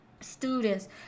students